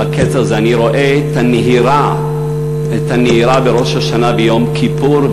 אני רואה את הנהירה בראש השנה וביום כיפור,